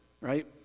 right